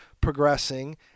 progressing